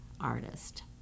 artist